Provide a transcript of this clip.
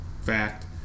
fact